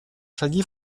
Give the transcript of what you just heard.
шаги